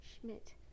Schmidt